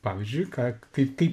pavyzdžiui ką kaip kaip